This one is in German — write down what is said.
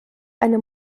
eine